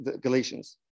Galatians